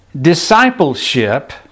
Discipleship